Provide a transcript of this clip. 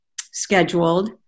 scheduled